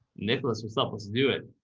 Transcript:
nicholas was supposed to do it.